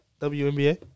WNBA